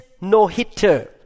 no-hitter